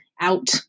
out